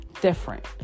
different